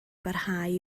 barhau